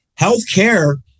healthcare